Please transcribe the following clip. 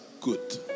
good